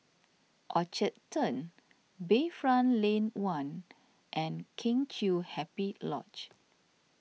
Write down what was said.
Orchard Turn Bayfront Lane one and Kheng Chiu Happy Lodge